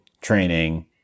training